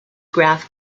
graph